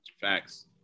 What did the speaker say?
Facts